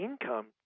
income